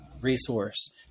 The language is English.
resource